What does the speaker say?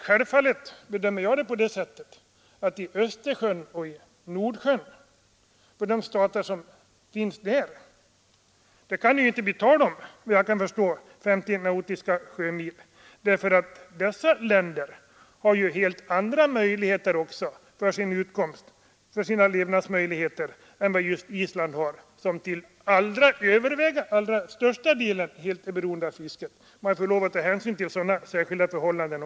Självfallet anser jag att det i Östersjön och i Nordsjön inte kan bli tal om någon gräns vid 50 nautiska mil, eftersom länderna där har helt andra möjligheter att få sin utkomst än vad Island har, som till största delen är beroende av fisket. Man måste ta hänsyn också till sådana särskilda förhållanden.